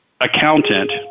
accountant